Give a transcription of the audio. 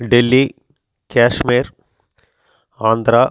Delhi Kashmir Andhra